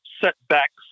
setbacks